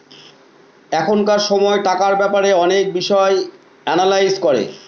এখনকার সময় টাকার ব্যাপারে অনেক বিষয় এনালাইজ করে